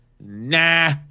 Nah